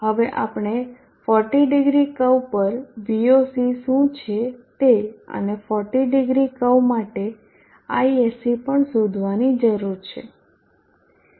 હવે આપણે 400 કર્વ પર VOC શું છે તે અને 400 કર્વ માટે ISC પણ શોધવાની જરૂર છે